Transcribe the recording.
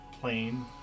plain